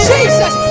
Jesus